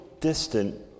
distant